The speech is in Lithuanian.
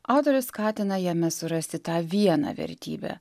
autorius skatina jame surasti tą vieną vertybę